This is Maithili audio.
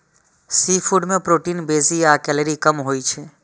सीफूड मे प्रोटीन बेसी आ कैलोरी कम होइ छै